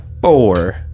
four